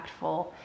impactful